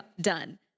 done